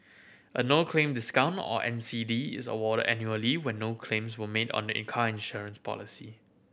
a no claim discount or N C D is awarded annually when no claims were made on the in car insurance policy